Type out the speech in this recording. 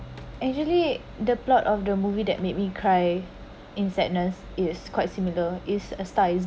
actually the plot of the movie that made me cry in sadness is quite similar is a style